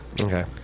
Okay